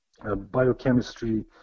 Biochemistry